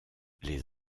les